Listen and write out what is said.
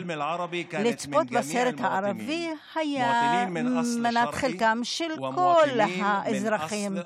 לצפות בסרט הערבי היה מנת חלקם של כל האזרחים,